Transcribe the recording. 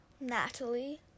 Natalie